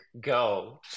go